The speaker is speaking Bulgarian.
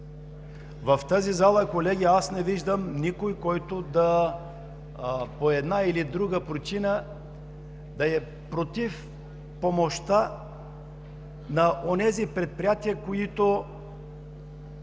В тази зала, колеги, аз не виждам никой, който по една или друга причина да е против помощта на онези предприятия, които